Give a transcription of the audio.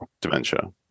dementia